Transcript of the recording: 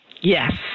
yes